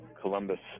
Columbus